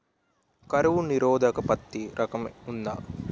కరువు నిరోధక పత్తి రకం ఉందా?